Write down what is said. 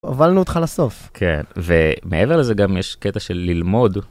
‫הובלנו אותך לסוף. ‫-כן, ומעבר לזה גם יש קטע של ללמוד.